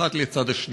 אחת לצד השנייה.